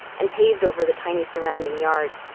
and paved over the tiny surrounding yard.